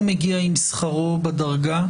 הוא מגיע עם שכרו בדרגה?